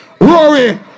rory